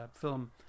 film